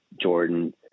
Jordan